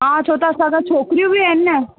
हा छो त असांसा छोकिरियूं बि आहिनि न